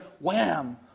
wham